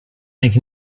make